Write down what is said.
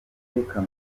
reka